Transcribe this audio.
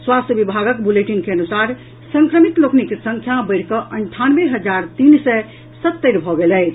स्वास्थ्य विभागक बुलेटिन के अनुसार संक्रमित लोकनिक संख्या बढ़ि कऽ अन्ठानवे हजार तीन सय सत्तरि भऽ गेल अछि